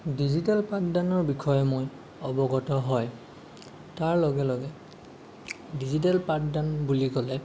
digital পাঠদানৰ বিষয়ে মই অৱগত হয় তাৰ লগে লগে ডিজিটেল পাঠদান বুলি ক'লে